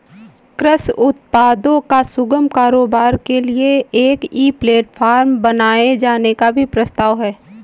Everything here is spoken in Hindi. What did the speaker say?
कृषि उत्पादों का सुगम कारोबार के लिए एक ई प्लेटफॉर्म बनाए जाने का भी प्रस्ताव है